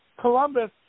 Columbus